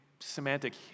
semantic